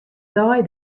dei